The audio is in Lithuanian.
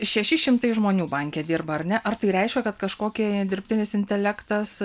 šeši šimtai žmonių banke dirba ar ne ar tai reiškia kad kažkokį dirbtinis intelektas